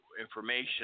information